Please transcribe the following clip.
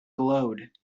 glowed